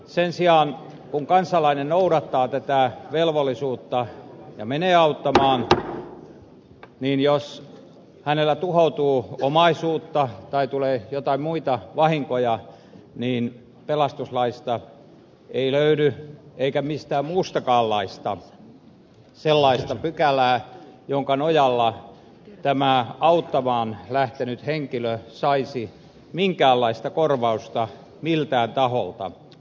sen sijaan kun kansalainen noudattaa tätä velvollisuutta ja menee auttamaan niin jos häneltä tuhoutuu omaisuutta tai tulee joitain muita vahinkoja pelastuslaista ei löydy eikä mistään muustakaan laista sellaista pykälää jonka nojalla tämä auttamaan lähtenyt henkilö saisi minkäänlaista korvausta miltään taholta